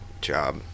job